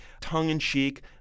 tongue-in-cheek